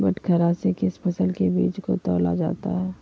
बटखरा से किस फसल के बीज को तौला जाता है?